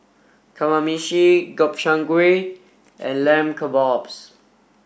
Kamameshi Gobchang Gui and Lamb Kebabs